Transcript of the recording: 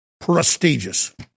prestigious